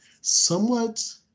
somewhat